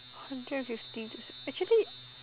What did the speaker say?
hundred and fifty just actually